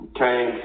came